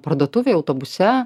parduotuvėj autobuse